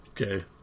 okay